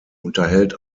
unterhält